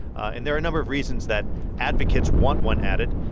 and there are a number of reasons that advocates want one added.